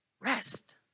rest